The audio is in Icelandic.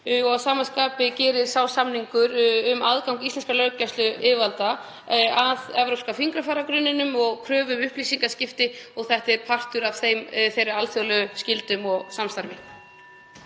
sama skapi gerir sá samningur kröfu um aðgang íslenskra löggæsluyfirvalda að evrópska fingrafaragrunninum og kröfu um upplýsingaskipti og þetta er partur af þeim alþjóðlegu skyldum og samstarfi.